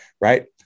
right